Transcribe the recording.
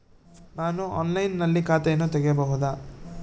ನಾನು ಆನ್ಲೈನಿನಲ್ಲಿ ಖಾತೆಯನ್ನ ತೆಗೆಯಬಹುದಾ?